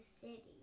city